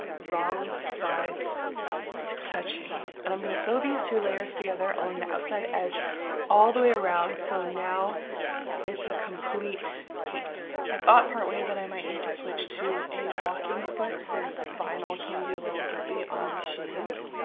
wrong sides touching and i'm gonna sew these two layers together along the outside edge all the way around, so now it's a complete piece. i thought part way that i might need to switch to a walking foot since vinyl can be a little grippy on the machines.